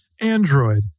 Android